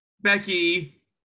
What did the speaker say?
Becky